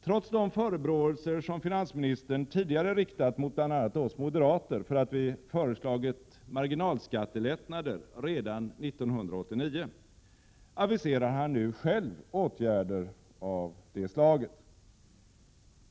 Trots de förebråelser som finansministern tidigare riktat mot bl.a. oss moderater för att vi föreslagit marginalskattelättnader redan 1989, aviserar han nu själv åtgärder av detta slag.